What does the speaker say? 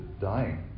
dying